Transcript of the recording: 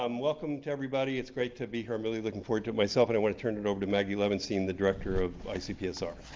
um welcome to everybody. it's great to be here. i'm really looking forward to it myself, and i want to turn it over to maggie levenstein, the director of icpsr.